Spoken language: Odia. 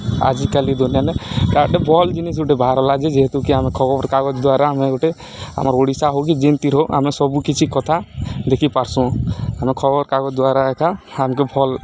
ଆଜିକାଲି ଦୁନିଆନେ ଇଟା ଗୁଟେ ଭଲ୍ ଜିନିଷ୍ ଗୁଟେ ବାହାରିଲା ଯେହେତୁକି ଆମେ ଖବର୍କାଗଜ୍ ଦ୍ୱାରା ଆମେ ଗୁଟେ ଆମର୍ ଓଡ଼ିଶା ହଉ କି ଜେନ୍ତିର୍ ହଉ ଆମେ ସବୁ କିଛି କଥା ଦେଖିପାର୍ସୁଁ ଆମେ ଖବର୍କାଗଜ୍ ଦ୍ୱାରା ଏକା ଆମ୍କେ ଭଲ୍